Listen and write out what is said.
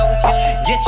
Get